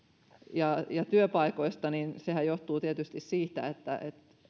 ja ja työpaikoista niin sehän johtuu tietysti siitä että